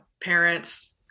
parents